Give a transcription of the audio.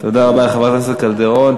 תודה רבה לחברת הכנסת קלדרון.